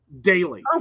daily